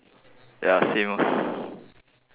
ya same